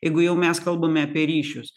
jeigu jau mes kalbame apie ryšius